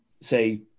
say